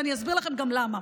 ואני אסביר לכם גם למה.